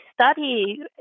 study